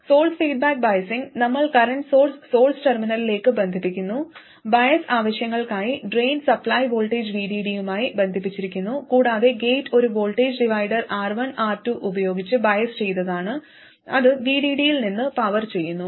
source feedback ബയസിങ്ങിൽ നമ്മൾ current source source ടെർമിനലിലേക്ക് ബന്ധിപ്പിക്കുന്നു ബയസ് ആവശ്യങ്ങൾക്കായി ഡ്രെയിൻ സപ്ലൈ വോൾട്ടേജ് VDD യുമായി ബന്ധിപ്പിച്ചിരിക്കുന്നു കൂടാതെ ഗേറ്റ് ഒരു വോൾട്ടേജ് ഡിവൈഡർ R1 R2 ഉപയോഗിച്ച് ബയസ് ചെയ്തതാണ് അത് VDD യിൽ നിന്ന് പവർ ചെയ്യുന്നു